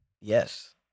Yes